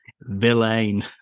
villain